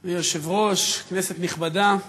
יושב-ראש, כנסת נכבדה,